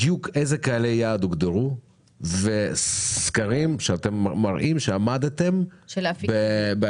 בדיוק אלו קהלי יעד הוגדרו וסקרים שאתם מראים שעמדתם ביעדים.